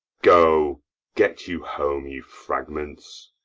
go get you home, you fragments!